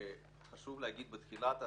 חשוב להגיד בתחילת הדרך,